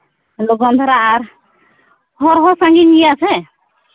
ᱞᱚᱜᱚᱱ ᱫᱷᱟᱨᱟ ᱟᱨ ᱦᱚᱨ ᱦᱚᱸ ᱥᱟᱺᱜᱤᱧ ᱜᱮᱭᱟ ᱥᱮ